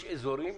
יש אזורים